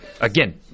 again